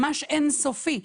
ממש אין סופי,